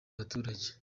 abaturage